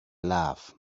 love